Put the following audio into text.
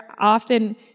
often